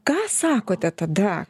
ką sakote tada